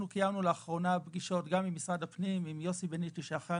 אבל ממשרד הפנים אליכם,